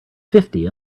fifty